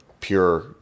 pure